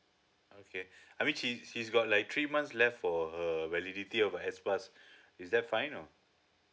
okay I mean she she's got like three months left for her validity of her S pass is that fine or